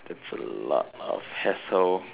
that's a lot of hassle